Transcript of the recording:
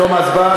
בתום ההצבעה.